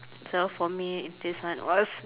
so for me this one or else